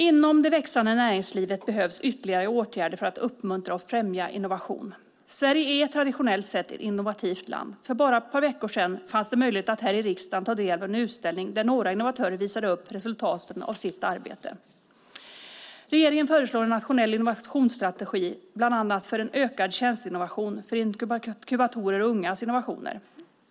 Inom det växande näringslivet behövs ytterligare åtgärder för att uppmuntra och främja innovation. Sverige är traditionellt sett ett innovativt land. För bara ett par veckor sedan fanns det möjlighet att i riksdagen ta del av en utställning där några innovatörer visade upp resultatet av sitt arbete. Regeringen föreslår en nationell innovationsstrategi bland annat för en ökad tjänsteinnovation, för inkubatorer och ungas innovationer.